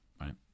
right